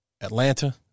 Atlanta